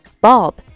Bob